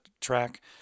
track